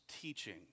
teaching